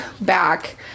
back